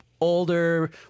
older